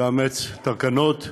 לאמץ תקנות,